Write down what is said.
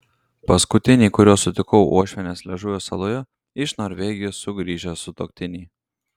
paskutiniai kuriuos sutikau uošvienės liežuvio saloje iš norvegijos sugrįžę sutuoktiniai